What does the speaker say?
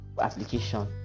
application